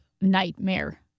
nightmare